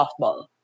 softball